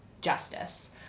justice